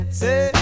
say